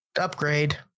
upgrade